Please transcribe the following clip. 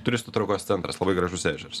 turistų traukos centras labai gražus ežeras